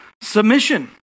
submission